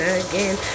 again